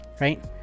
right